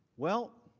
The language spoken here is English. well,